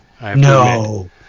No